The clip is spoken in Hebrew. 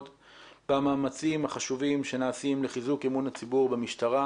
במאמצים החשובים שנעשים לחיזוק אמון הציבור במשטרה.